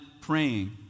praying